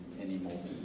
anymore